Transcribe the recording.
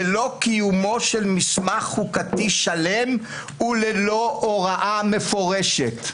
ללא קיומו של מסמך חוקתי שלם וללא הוראה מפורשת.